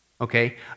okay